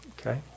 okay